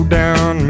down